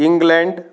England